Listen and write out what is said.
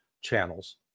channels